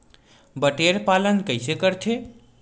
बटेर पालन कइसे करथे?